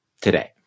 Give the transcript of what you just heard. today